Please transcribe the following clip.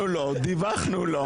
דיווחנו לו.